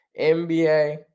NBA